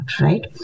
right